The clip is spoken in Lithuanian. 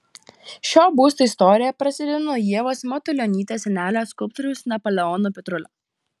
šio būsto istorija prasideda nuo ievos matulionytės senelio skulptoriaus napoleono petrulio